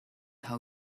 how